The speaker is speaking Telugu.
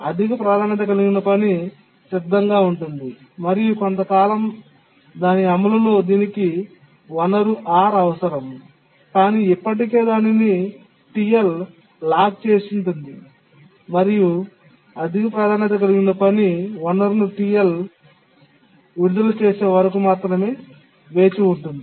అధిక ప్రాధాన్యత కలిగిన పని సిద్ధంగా ఉంటుంది మరియు కొంతకాలం దాని అమలులో దీనికి వనరు R అవసరం కానీ ఇప్పటికే దాన్ని లాక్ చేసింది మరియు అధిక ప్రాధాన్యత కలిగిన పని వనరును విడుదల చేసే వరకు మాత్రమే వేచి ఉండాలి